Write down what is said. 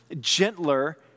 gentler